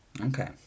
Okay